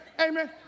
Amen